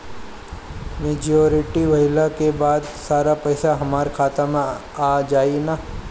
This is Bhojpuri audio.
मेच्योरिटी भईला के बाद सारा पईसा हमार खाता मे आ जाई न?